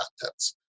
contents